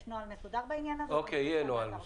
יש נוהל מסודר בעניין הזה --- יהיה נוהל מסודר.